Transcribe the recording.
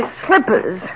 slippers